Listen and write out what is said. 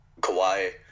Kawhi